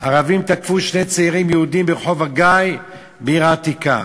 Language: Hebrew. ערבים תקפו שני צעירים יהודים ברחוב הגיא בעיר העתיקה.